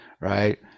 right